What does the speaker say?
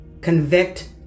convict